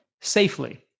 safely